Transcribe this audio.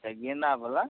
चाहे गेंदा वाला